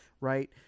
Right